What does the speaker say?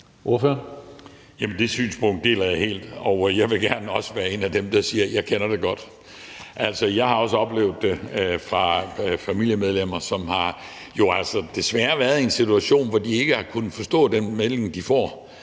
det synspunkt deler jeg helt, og jeg vil også gerne være en af dem, der siger: Jeg kender det godt. Jeg har også oplevet det fra familiemedlemmer, som jo altså desværre har været i en situation, hvor de ikke har kunnet forstå den melding, de får,